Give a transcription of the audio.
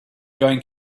going